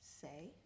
say